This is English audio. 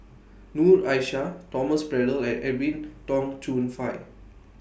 Noor Aishah Thomas Braddell and Edwin Tong Chun Fai